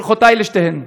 ברכותי לשתיהן.